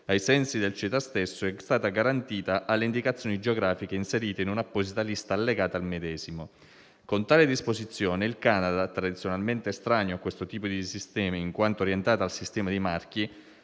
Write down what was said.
ai sensi del CETA stesso, è stata garantita alle indicazioni geografiche inserite in un'apposita lista allegata al medesimo. Con tale disposizione il Canada, tradizionalmente estraneo a questo tipo di sistemi in quanto orientato al sistema dei marchi,